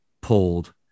pulled